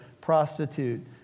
prostitute